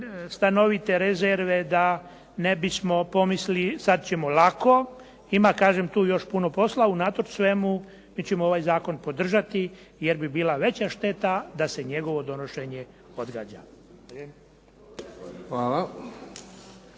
stanovite rezerve da ne bismo pomislili sada ćemo lako. Ima kažem tu još puno posla, unatoč svemu mi ćemo ovaj zakon podržati jer bi bila veća šteta da se njegovo donošenje odgađa.